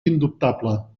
indubtable